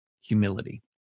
humility